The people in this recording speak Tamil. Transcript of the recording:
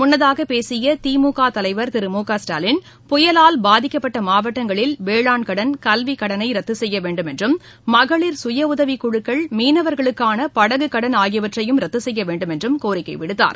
முன்னதாக பேசிய திமுக தலைவர் திரு முகஸ்டாலின் புயலால் பாதிக்கப்பட்ட மாவட்டங்களில் வேளாண் கடன் கல்விக்கடனை ரத்து செய்ய வேண்டும் என்றும் மகளிர் கயஉதவிக்குழுக்கள் மீனவர்களுக்கான படகுக்கடன் ஆகியவற்றையும் ரத்து செய்ய வேண்டும் என்று கோரிக்கை விடுத்தார்